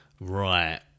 Right